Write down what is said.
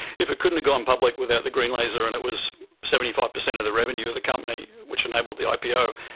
if it couldn't have gone public without the green laser and it was seventy five percent of the revenue of the company, which enabled the ah ipo,